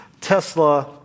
Tesla